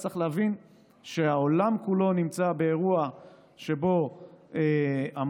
צריך להבין שהעולם כולו נמצא באירוע שבו המזון